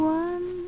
one